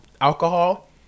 alcohol